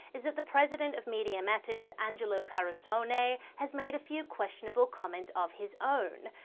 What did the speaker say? is that the president of media matters, angelo carusone, has made a few questionable comments of his own.